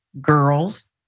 girls